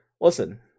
listen